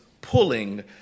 pulling